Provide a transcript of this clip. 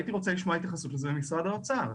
הייתי רוצה לשמוע התייחסות לזה ממשרד האוצר.